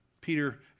Peter